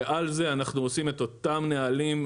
ועל זה אנחנו עושים את אותם נהלים,